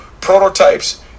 prototypes